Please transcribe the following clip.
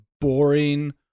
boring